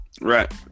Right